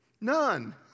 None